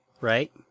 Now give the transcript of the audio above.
right